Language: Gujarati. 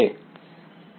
વિદ્યાર્થી